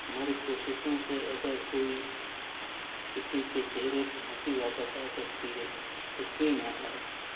ہماری کوششوں سے اگر کوئی کسی کے چہرے پہ ہنسی واپس آ سکتی ہے تو کیوں نہ آئے